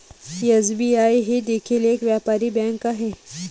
SBI ही देखील एक व्यापारी बँक आहे